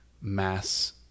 mass